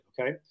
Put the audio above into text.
Okay